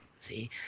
see